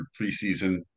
preseason